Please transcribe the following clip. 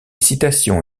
citations